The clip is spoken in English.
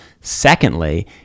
Secondly